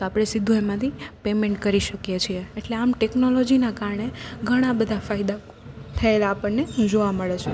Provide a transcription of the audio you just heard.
તો આપણે સીધું એમાંથી પેમેન્ટ કરી શકીએ છીએ એટલે આમ ટેકનોલોજીનાં કારણે ઘણાબધા ફાયદા થયેલા આપણને જોવા મળે છે